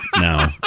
no